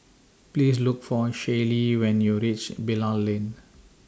Please Look For Shaylee when YOU REACH Bilal Lane